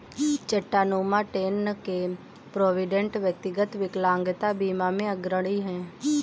Chattanooga, Tenn के Provident, व्यक्तिगत विकलांगता बीमा में अग्रणी हैं